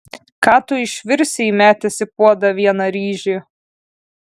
ką tu išvirsi įmetęs į puodą vieną ryžį